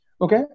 Okay